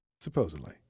Supposedly